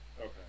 Okay